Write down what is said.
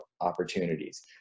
opportunities